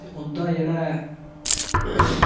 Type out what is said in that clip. ते उं'दा जेह्ड़ा